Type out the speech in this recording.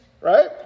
right